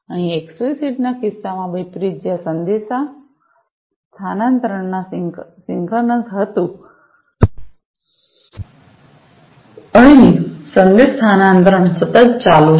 અહીં એક્સ્પ્લિસિત ના કિસ્સામાં વિપરીત જ્યાં સંદેશ સ્થાનાંતરણ સિંક્રનસ હતું અહીં સંદેશ સ્થાનાંતરણ સતત ચાલુ છે